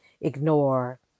ignore